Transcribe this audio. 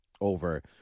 over